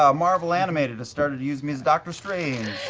ah marvel animated has started to use me as doctor strange,